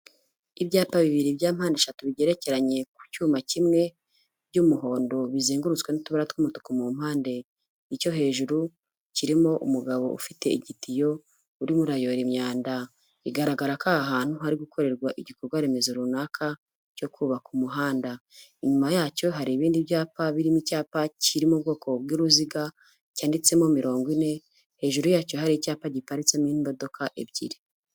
Ibyapa bibiri bya mpande eshatu bigerekeranye ku cyuma kimwe by'umuhondo bizengurutswe n'utubara tw'umutuku mu mpande, icyo hejuru kirimo umugabo ufite igitiyo urimo urayora imyanda, bigaragara ko aha ahantu hari gukorerwa igikorwa remezo runaka cyo kubaka umuhanda, inyuma yacyo hari ibindi byapa birimo icyapa kiri mu ubwoko bw'uruziga cyanditsemo mirongo ine, hejuru yacyo hari icyapa giparitsemo imodoka ebyiri.